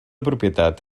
propietat